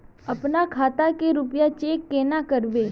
अपना खाता के रुपया चेक केना करबे?